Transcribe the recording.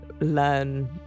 learn